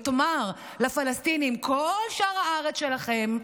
ותאמר לפלסטינים: כל שאר הארץ שלכם.